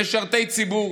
במשרתי ציבור,